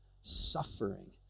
suffering